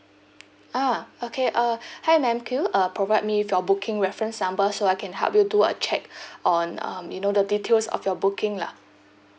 ah okay uh hi ma'am can you uh provide me with your booking reference number so I can help you do a check on um you know the details of your booking lah